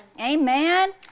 Amen